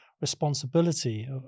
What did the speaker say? responsibility